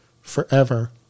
forever